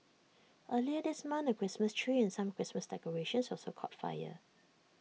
earlier this month A Christmas tree and some Christmas decorations also caught fire